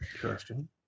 Question